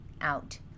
out